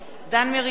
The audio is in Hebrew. דן מרידור,